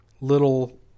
little